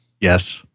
Yes